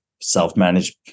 self-managed